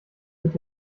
mit